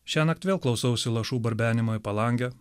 šiąnakt vėl klausausi lašų barbenimo į palangę